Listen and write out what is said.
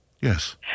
Yes